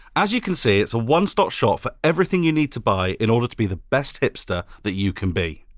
as you can see, it's a one-stop shop for everything you need to buy in order to be the best hipster that you can be.